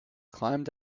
climbed